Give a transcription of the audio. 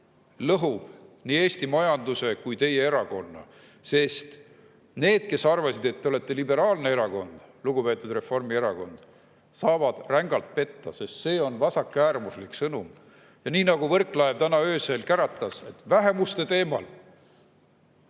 lõhub nii Eesti majanduse kui teie erakonna. Need, kes arvasid, et te olete liberaalne erakond, lugupeetud Reformierakond, saavad rängalt petta, sest see on vasakäärmuslik sõnum. Ja nii nagu Võrklaev täna öösel käratas, et vähemuste teemal